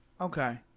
Okay